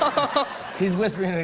he's whispering to me,